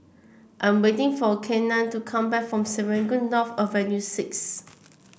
I'm waiting for Kenan to come back from Serangoon North Avenue Six